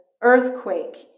earthquake